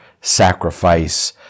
sacrifice